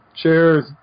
Cheers